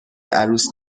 عروس